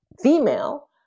female